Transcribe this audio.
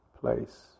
place